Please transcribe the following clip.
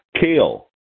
Kale